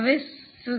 હવે 16